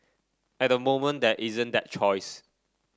at the moment there isn't that choice